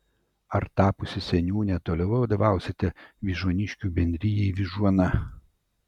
ar tapusi seniūne toliau vadovausite vyžuoniškių bendrijai vyžuona